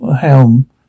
helm